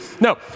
No